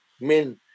men